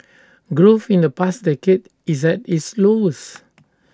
growth in the past decade is at its lowest